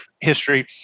history